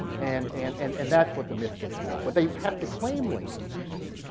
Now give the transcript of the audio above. and and and and that's what the myths get wrong. but they have to claim lincoln, you see.